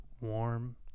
warm